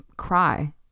cry